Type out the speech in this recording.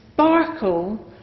sparkle